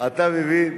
אתה מבין.